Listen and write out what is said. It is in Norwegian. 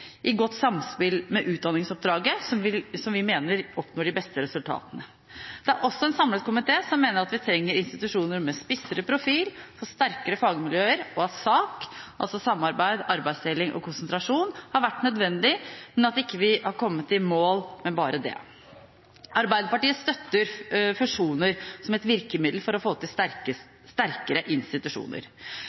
i godt samspill med utdanningsoppdraget vi mener oppnår de beste resultatene. Det er også en samlet komité som mener at vi trenger institusjoner med spissere profil og sterkere fagmiljøer, og at SAK – samarbeid, arbeidsdeling og konsentrasjon – har vært nødvendig, men at vi ikke har kommet i mål med bare det. Arbeiderpartiet støtter fusjoner som et virkemiddel for å få til sterkere institusjoner.